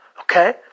okay